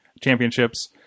championships